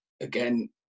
again